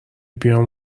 بیام